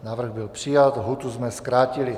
Návrh byl přijat. Lhůtu jsme zkrátili.